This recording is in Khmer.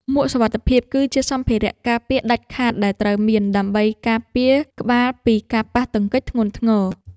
មួកសុវត្ថិភាព គឺជាសម្ភារៈការពារដាច់ខាតដែលត្រូវមាន ដើម្បីការពារក្បាលពីការប៉ះទង្គិចធ្ងន់ធ្ងរ។